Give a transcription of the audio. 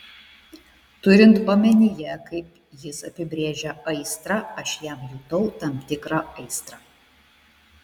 turint omenyje kaip jis apibrėžia aistrą aš jam jutau tam tikrą aistrą